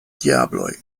diabloj